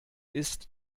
ist